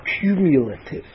cumulative